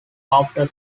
after